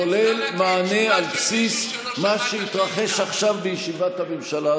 כולל מענה על בסיס מה שהתרחש עכשיו בישיבת הממשלה,